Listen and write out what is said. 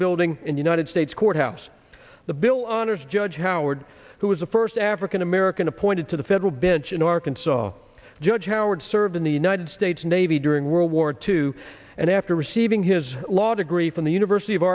building in united states courthouse the bill honors judge howard who was the first african american appointed to the federal bench in arkansas judge howard served in the united states navy during world war two and after receiving his law degree from the university of